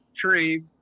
tree